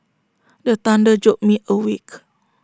the thunder jolt me awake